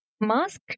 mask